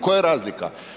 Koja je razlika?